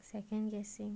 second guessing